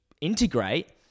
integrate